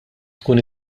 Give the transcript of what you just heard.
tkun